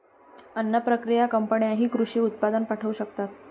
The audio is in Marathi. अन्न प्रक्रिया कंपन्यांनाही कृषी उत्पादन पाठवू शकतात